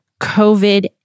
COVID